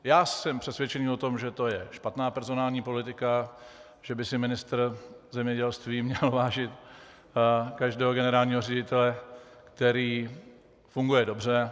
Já jsem přesvědčen o tom, že to je špatná personální politika, že by si ministr zemědělství měl vážit každého generálního ředitele, který funguje dobře.